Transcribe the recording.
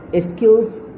skills